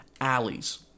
alleys